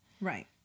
Right